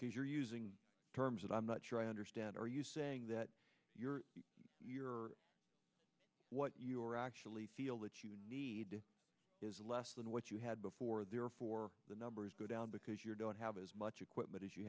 because you're using terms that i'm not sure i understand are you saying that your your what your actually feel that you need is less than what you had before therefore the numbers go down because you don't have as much equipment as you